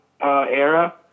era